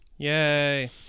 Yay